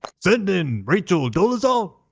send in. rachel dolezal?